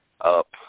up